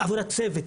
עבודת צוות,